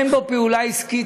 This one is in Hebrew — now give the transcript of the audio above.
אין בו פעולה עסקית,